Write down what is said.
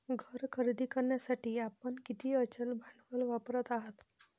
घर खरेदी करण्यासाठी आपण किती अचल भांडवल वापरत आहात?